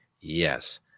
Yes